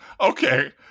Okay